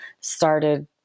started